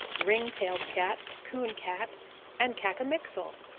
ring-tailed cat, coon cat and cacomixtle.